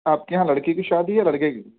آپ کے یہاں لڑکی کی شادی ہے یا لڑکے کی